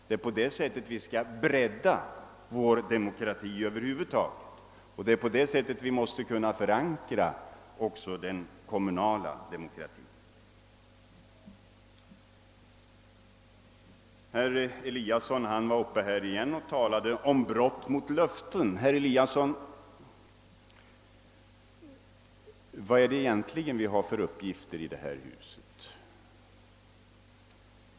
Det är på det sättet vi skall bredda vår demokrati över huvud taget. Det är på detta sätt vi måste kunna förankra också den kommunala demokratin. Herr Eliasson i Sundborn talade om brott mot löften. Vilka är egentligen våra uppgifter i detta hus, herr Eliasson?